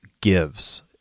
gives